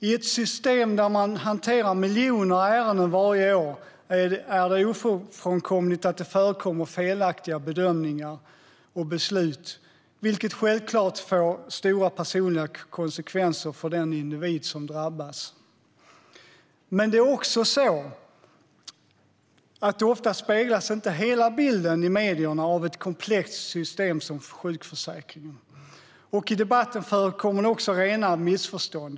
I ett system där man hanterar miljoner ärenden varje år är det ofrånkomligt att det förekommer felaktiga bedömningar och beslut, vilket självklart får stora personliga konsekvenser för den individ som drabbas. Det är också så att ofta speglas inte hela bilden i medierna av ett komplext system som sjukförsäkringen. I debatten förekommer också rena missförstånd.